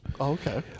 okay